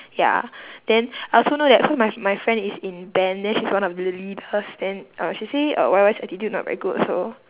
ya then I also know that cause my my friend is in band then she's one of the leaders then uh she say uh Y_Y's attitude not very good also